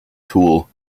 tool